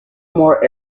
more